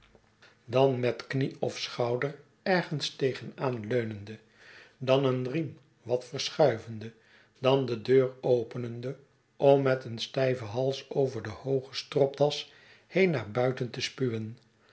dan met knieof schouder ergens tegen aan leunende dan een riem wat verschuivende dan de deur openende om met een stijven hals over de hooge stropdas heen naar buitente spu wen